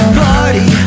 party